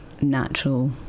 natural